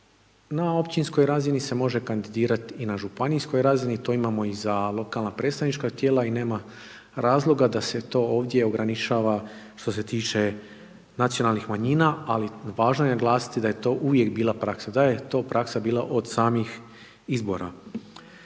na općinskoj razini se može kandidirat i na županijskoj razini, to imamo i za lokalna predstavnička tijela i nema razloga da se to ovdje ograničava što se tiče nacionalnih manjina, ali važno je naglasiti da je to uvijek bila praksa, da je to bila praksa od samih izbora.